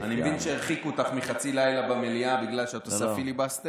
אני מבין שהרחיקו אותך מחצי לילה במליאה בגלל שאת עושה פיליבסטר.